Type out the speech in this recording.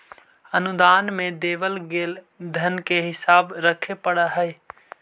अनुदान में देवल गेल धन के हिसाब रखे पड़ा हई